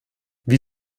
wie